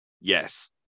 Yes